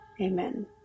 Amen